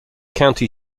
county